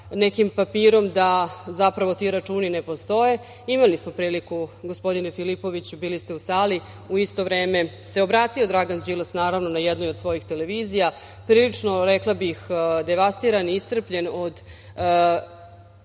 nekim papirom da zapravo ti računi ne postoje. Imali smo priliku, gospodine Filipoviću, bili ste u sali, u isto vreme se obratio Dragan Đilas, naravno na jednoj od svojih televizija, prilično, rekla bih, devastiran i iscrpljen od